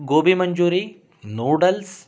gobi manchurian noodles